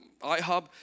iHub